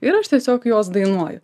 ir aš tiesiog juos dainuoju